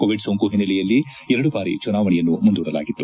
Covid ಸೋಂಕು ಹಿನ್ನೆಲೆಯಲ್ಲಿ ಎರಡು ಬಾರಿ ಚುನಾವಣೆಯನ್ನು ಮುಂದೂಡಲಾಗಿತ್ತು